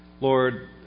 Lord